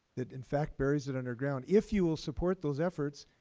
it in fact buries it underground if you will support those efforts.